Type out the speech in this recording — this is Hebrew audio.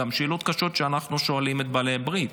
גם השאלות הקשות שאנחנו שואלים את בעלות הברית: